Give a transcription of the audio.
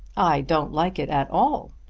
i don't like it at all.